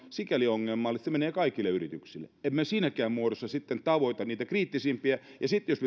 sikäli ongelmallista että se menee kaikille yrityksille emme siinäkään muodossa sitten tavoita niitä kriittisimpiä ja sitten jos